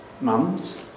mums